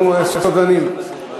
אנחנו סובלניים.